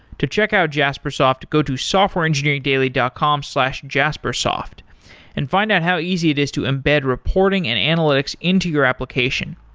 to check out jaspersoft, go to softwareengineering daily dot com slash jaspersoft and find out how easy it is to embed reporting and analytics into your application.